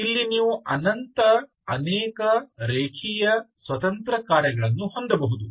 ಇಲ್ಲಿ ನೀವು ಅನಂತ ಅನೇಕ ರೇಖೀಯ ಸ್ವತಂತ್ರ ಕಾರ್ಯಗಳನ್ನು ಹೊಂದಬಹುದು